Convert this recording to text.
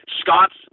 scott's